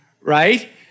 right